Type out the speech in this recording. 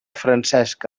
francesc